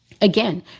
again